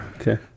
Okay